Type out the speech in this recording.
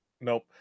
Nope